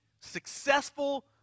successful